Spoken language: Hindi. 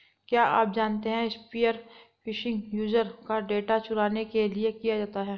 क्या आप जानते है स्पीयर फिशिंग यूजर का डेटा चुराने के लिए किया जाता है?